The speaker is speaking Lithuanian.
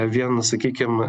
vien sakykim